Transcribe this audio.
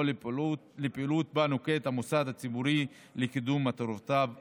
לפעילות שנוקט המוסד הציבורי לקידום מטרותיו הציבוריות.